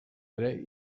ere